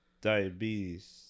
diabetes